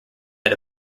had